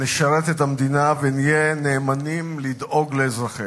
נשרת את המדינה ונהיה נאמנים לדאוג לאזרחיה.